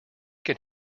can